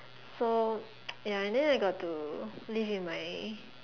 so ya and than I got to live in my